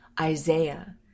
Isaiah